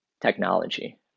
technology